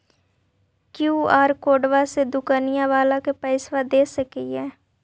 QR कोडबा से दुकनिया बाला के पैसा दे सक्रिय?